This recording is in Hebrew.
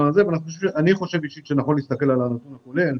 אני חושב אישית שנכון להסתכל על הנתון הכולל.